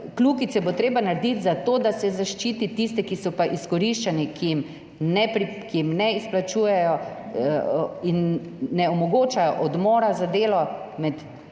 jih bo treba narediti za to, da se zaščiti tiste, ki so pa izkoriščeni, ki jim ne izplačujejo in ne omogočajo odmora za delo med